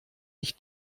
ich